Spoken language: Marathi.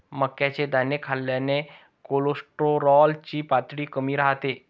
मक्याचे दाणे खाल्ल्याने कोलेस्टेरॉल ची पातळी कमी राहते